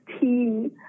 tea